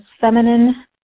feminine